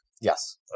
Yes